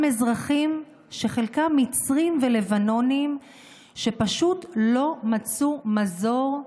אזרחים שחלקם מצרים ולבנונים שפשוט מצאו מזור,